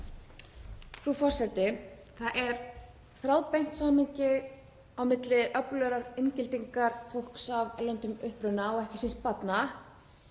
Það er þráðbeint samhengi á milli öflugrar inngildingar fólks af erlendum uppruna og ekki síst barna